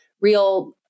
real